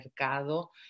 Mercado